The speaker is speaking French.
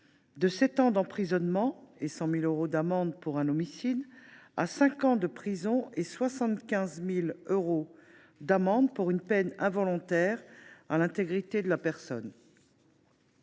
sept ans d’emprisonnement et 100 000 euros d’amende pour un homicide, cinq ans de prison et 75 000 euros d’amende pour une atteinte involontaire à l’intégrité de la personne